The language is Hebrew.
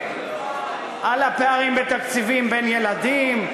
על הפערים בתקציבים בין ילדים,